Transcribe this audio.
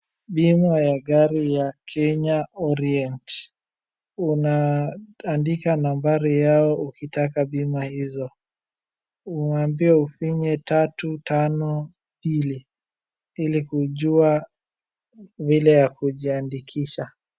Bima ya gari ya Kenya orient, unaandika nambari yao ukitaka bima hizo umeambiwa ufinye tatu tano mbili ili kujua vile ya kujiandikisha .